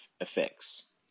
effects